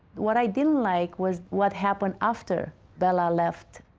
what i didn't like was what happened after bela left.